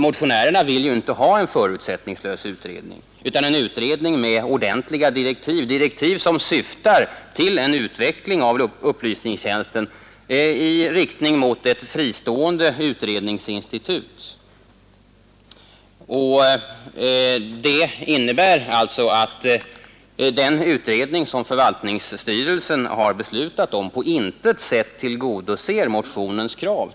Motionärerna vill inte ha en förutsättningslös utredning utan en utredning med ordentliga direktiv, direktiv som syftar till en utveckling av upplysningstjänsten i riktning mot ett fristående utredningsinstitut. Det innebär alltså att den utredning som förvaltningsstyrelsen har beslutat om på intet sätt tillgodoser motionens krav.